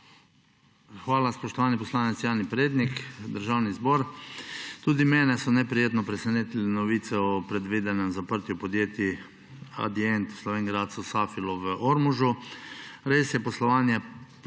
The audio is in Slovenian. Hvala. Spoštovani poslanec Jani Prednik. državni zbor! Tudi mene so neprijetno presenetile novice o predvidenem zaprtju podjetij Adient v Slovenj Gradcu in Safilo v Ormožu. Res poslovanje